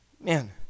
Man